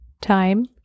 time